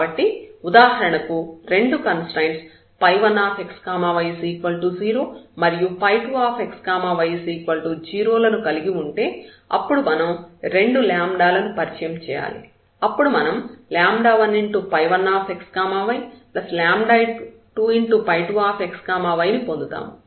కాబట్టి ఉదాహరణకు రెండు కన్స్ట్రయిన్స్ 1xy 0 మరియు 2xy 0 లను కలిగి ఉంటే అప్పుడు మనం రెండు లను పరిచయం చేయాలి అప్పుడు మనం 11xy22xy ని పొందుతాము